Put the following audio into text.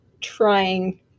trying